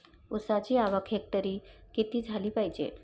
ऊसाची आवक हेक्टरी किती झाली पायजे?